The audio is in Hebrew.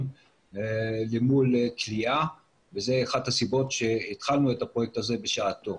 מול פשיעה וזו אחת הסיבות שהתחלנו את הפרויקט הזה בשעתו.